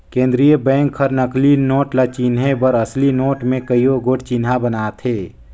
केंद्रीय बेंक हर नकली नोट ल चिनहे बर असली नोट में कइयो गोट चिन्हा बनाथे